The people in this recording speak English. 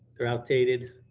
they're outdated.